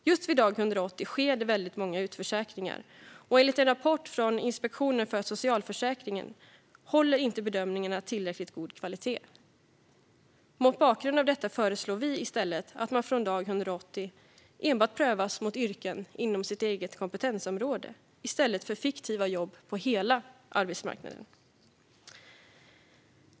Just vid dag 180 sker det väldigt många utförsäkringar, och enligt en rapport från Inspektionen för socialförsäkringen håller inte bedömningarna tillräckligt god kvalitet. Mot bakgrund av detta föreslår vi i stället att man från dag 180 enbart prövas mot yrken inom sitt eget kompetensområde, i stället för fiktiva jobb på hela arbetsmarknaden.